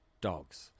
dogs